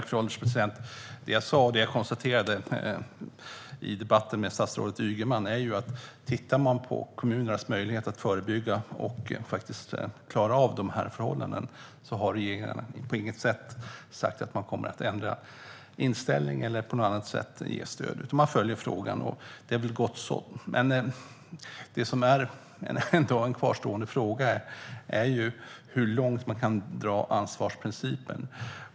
Fru ålderspresident! Det som jag konstaterade i debatten med statsrådet Ygeman var att om man ser på kommunernas möjlighet att förebygga och klara av dessa förhållanden har regeringen på inget sätt sagt att man kommer att ändra inställning eller på något annat sätt ge stöd. Man följer frågan, och det är väl gott så. En kvarstående fråga är ju hur långt man kan dra ansvarsprincipen.